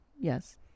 Yes